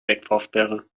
wegfahrsperre